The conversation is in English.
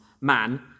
man